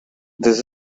this